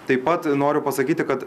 taip pat noriu pasakyti kad